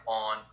on